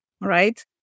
right